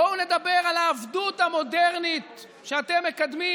בואו נדבר על העבדות המודרנית שאתם מקדמים,